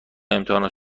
امتحانات